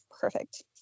perfect